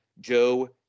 Joe